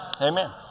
Amen